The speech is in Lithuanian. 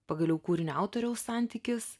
pagaliau kūrinio autoriaus santykis